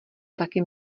taky